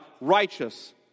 righteous